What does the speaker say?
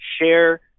share